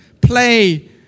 play